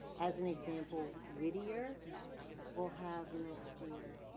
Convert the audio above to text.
as an example, whittier will have, next year,